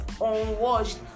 unwashed